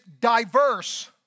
diverse